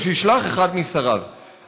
או שישלח אחד משריו.